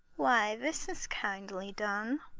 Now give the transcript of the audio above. why, this is kindly done.